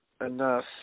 enough